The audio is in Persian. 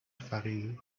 فقیر